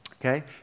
Okay